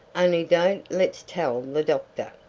only don't let's tell the doctor.